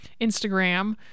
Instagram